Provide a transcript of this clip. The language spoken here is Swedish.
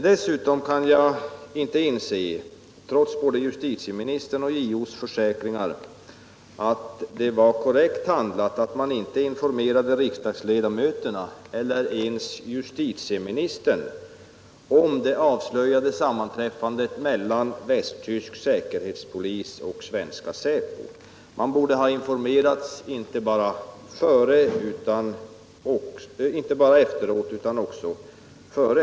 Dessutom kan jag inte inse, trots både justitieministerns och JO:s försäkringar, att det var korrekt handlat att inte informera riksdagsledamöterna eller ens justitieministern om det avslöjade sammanträffandet mellan västtysk säkerhetspolis och svenska säpo. Vi borde ha informerats inte bara efter sammanträffandet utan också före.